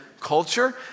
culture